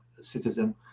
citizen